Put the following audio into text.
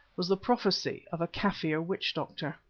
was the prophecy of a kaffir witch-doctor.